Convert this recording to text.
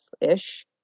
ish